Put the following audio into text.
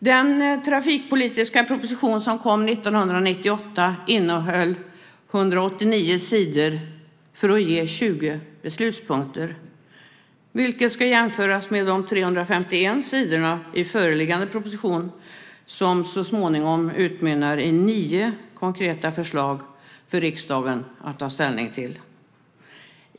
Den trafikpolitiska proposition som kom 1998 innehöll 189 sidor för att ge 20 beslutspunkter, vilket ska jämföras med 351 sidor i föreliggande proposition som så småningom utmynnar i 9 konkreta förslag för riksdagen att ta ställning till.